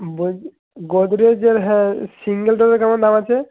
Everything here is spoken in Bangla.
বলছি গোদরেজের হ্যাঁ সিঙ্গেল ডোরের কেমন দাম আছে